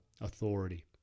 authority